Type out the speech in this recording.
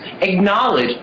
acknowledge